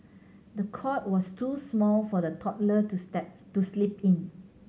the cot was too small for the toddler to step to sleep in